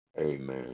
amen